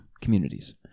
Communities